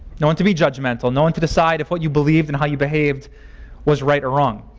no one to be judgmental. no one to decide if what you believed and how you behaved was right or wrong